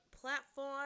platform